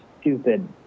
stupid